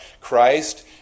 Christ